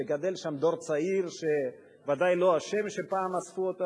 וגדל שם דור צעיר שוודאי לא אשם שפעם אספו אותו